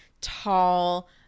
tall